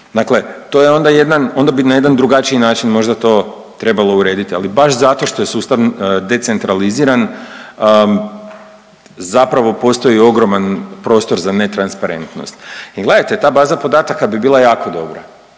Dakle, to je onda jedan, onda bi na jedan drugačiji način možda to trebalo urediti. Ali baš zato što je sustav decentraliziran zapravo postoji ogroman prostor za netransparentnost. Jer gledajte, ta baza podataka bi bila jako dobra.